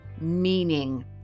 meaning